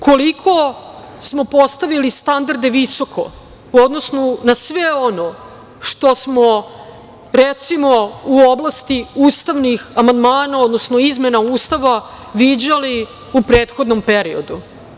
Koliko smo postavili standarde visoko, u odnosu na sve ono što smo recimo, u oblasti ustavnih amandmana, odnosno, izmena Ustava viđali u prethodnom periodu.